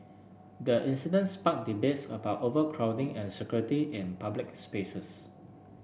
the incident sparked debates about overcrowding and security in public spaces